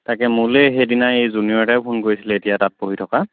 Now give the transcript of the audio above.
তাকে মোলৈ সেইদিনা এই জুনিয়ৰ এটাইও ফোন কৰিছিলে এতিয়া তাত পঢ়ি থকা